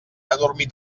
adormit